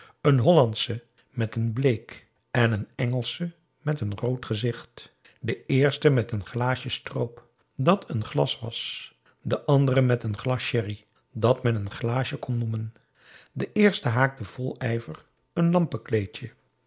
een hollandsche met een bleek en een engelsche met een rood gezicht de eerste met n glaasje stroop dat een n glas was de andere met n glas sherrij dat men n glaasje kon noemen de eerste haakte vol ijver een